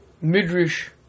Midrash